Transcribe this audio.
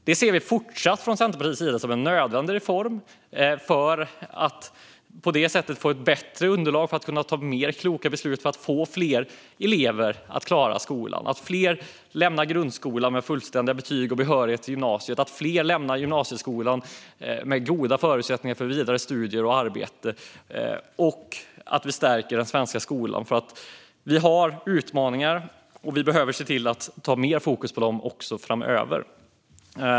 Det ser vi från Centerpartiet fortsatt som en nödvändig reform för att på detta sätt få ett bättre underlag för att kunna ta fler kloka beslut för att stärka den svenska skolan, för att få fler elever att klara skolan, så att fler lämnar grundskolan med fullständiga betyg och behörighet till gymnasiet och så att fler lämnar gymnasieskolan med goda förutsättningar för vidare studier och arbete. Vi har utmaningar, och vi behöver se till att ha mer fokus på dem också framöver.